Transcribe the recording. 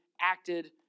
acted